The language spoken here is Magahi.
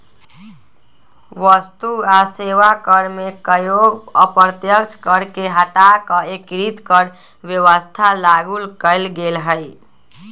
वस्तु आ सेवा कर में कयगो अप्रत्यक्ष कर के हटा कऽ एकीकृत कर व्यवस्था लागू कयल गेल हई